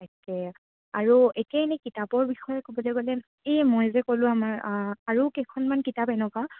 তাকে আৰু এতিয়া এনেই কিতাপৰ বিষয়ে ক'বলৈ গ'লে এই মই যে ক'লোঁ আমাৰ আৰু কেইখনমান কিতাপ এনেকুৱা